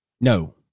No